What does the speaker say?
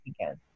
again